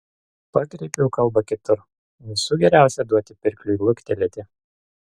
pakreipiau kalbą kitur visų geriausia duoti pirkliui luktelėti